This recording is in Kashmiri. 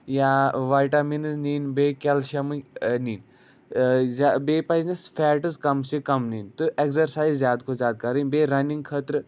یا واٹَیمِنٕز نِنۍ بیٚیہِ کیلشَم نۍ زیادٕ بیٚیہِ پَزِٮ۪س فیٹٕس کَم سے کَم نِنۍ تہٕ ایگزرسایِز زیادٕ کھۄتہٕ زیادٕ کَرٕنۍ بیٚیہِ رَنِنٛگ خٲطرٕ